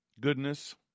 Goodness